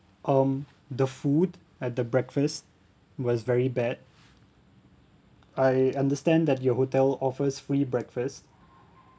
um the food at the breakfast was very bad I understand that your hotel offers free breakfast